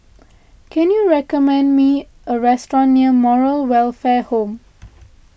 can you recommend me a restaurant near Moral Welfare Home